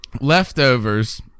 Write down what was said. leftovers